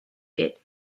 bit